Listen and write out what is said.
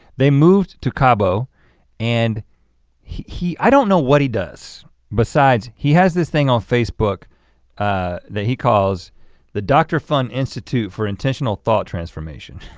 they moved to cabo and i don't know what he does besides, he has this thing on facebook that he calls the dr. fun institute for intentional thought transformation.